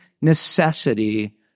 necessity